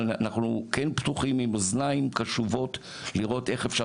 אנחנו כן פתוחים עם אוזניים קשובות ולראות איך אפשר